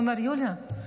הוא אומר: יוליה,